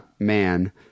man